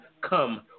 come